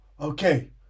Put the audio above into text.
Okay